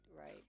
right